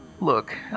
Look